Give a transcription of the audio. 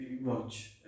watch